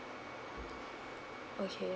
okay